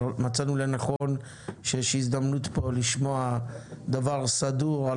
אבל מצאנו לנכון שיש הזדמנות פה לשמוע דבר סדור על